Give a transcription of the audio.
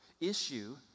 Issue